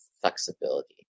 flexibility